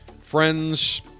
friends